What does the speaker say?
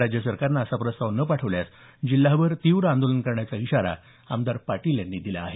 राज्य सरकारनं असा प्रस्ताव न पाठवल्यास जिल्हाभर तीव्र आंदोलन करण्याचा इशारा आमदार पाटील यांनी दिला आहे